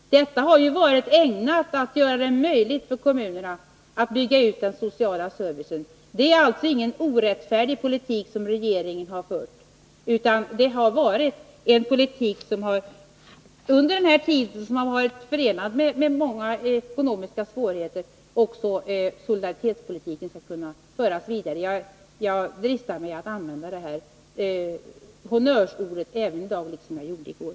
Det har därigenom varit möjligt för kommunerna att bygga ut den sociala servicen. Den politik som regeringen har fört har alltså inte haft en orättfärdig inriktning. Det har varit en politik som under den här tiden har varit förenad med många ekonomiska svårigheter när vi försökt att föra solidaritetspolitiken vidare — jag dristar mig att använda honnörsordet solidaritetspolitik även i dag, liksom jag gjorde i går.